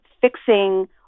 fixing